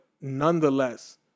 nonetheless